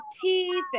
teeth